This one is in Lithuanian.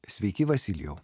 sveiki vasilijau